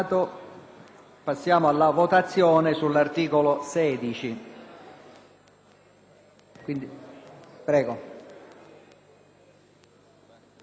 Passiamo alla votazione dell'articolo 24.